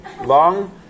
long